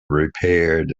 repaired